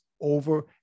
over